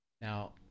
Now